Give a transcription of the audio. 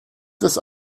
des